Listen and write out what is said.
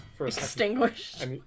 Extinguished